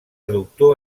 doctor